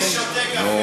אין שר באולם.